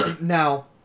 Now